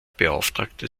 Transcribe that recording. beauftragte